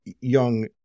young